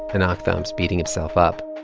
and aktham's beating himself up.